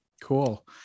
Cool